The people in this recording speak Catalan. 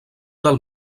del